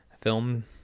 film